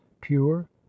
pure